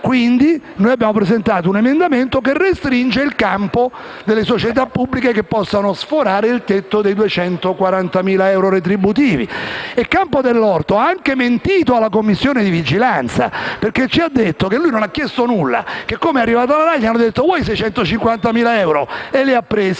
Quindi, noi abbiamo presentato un emendamento che restringe il campo delle società pubbliche che possono sforare il tetto dei 240.000 euro retributivi. Campo Dall'Orto ha anche mentito alla Commissione di vigilanza perché ci ha detto che non ha chiesto nulla e che appena è arrivato alla RAI gli hanno offerto 650.000 euro, che ha preso.